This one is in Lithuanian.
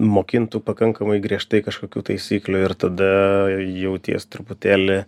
mokintų pakankamai griežtai kažkokių taisyklių ir tada jauties truputėlį